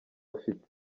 afite